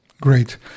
great